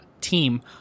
team